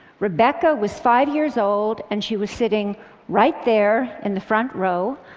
rebecca was five years old and she was sitting right there in the front row.